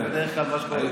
זה מה שקורה בדרך כלל.